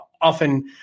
often